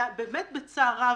ובאמת בצער רב.